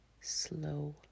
slow